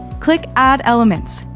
click add elements.